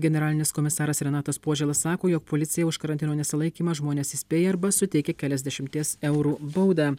generalinis komisaras renatas požėla sako jog policija už karantino nesilaikymą žmones įspėja arba suteikia keliasdešimties eurų baudą